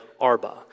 Arba